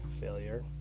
failure